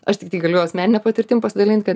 aš tiktai galiu asmenine patirtim pasidalint kad